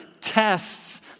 tests